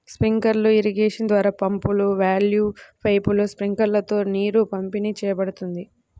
sprinkler irrigation ద్వారా పంపులు, వాల్వ్లు, పైపులు, స్ప్రింక్లర్లతో నీరు పంపిణీ చేయబడుతుంది